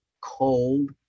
cold